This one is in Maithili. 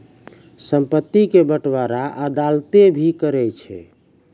संपत्ति के बंटबारा अदालतें भी करै छै